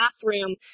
bathroom